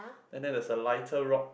and then there's a lighter rock